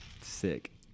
Sick